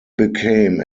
became